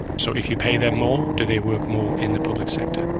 so if you pay them more, do they work more in the public sector?